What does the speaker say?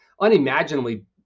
unimaginably